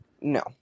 No